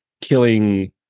killing